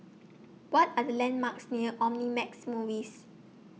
What Are The landmarks near Omnimax Movies